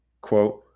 quote